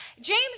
James